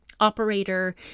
operator